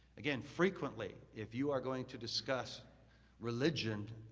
again, frequently, if you are going to discuss religion,